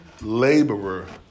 laborer